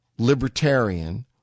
Libertarian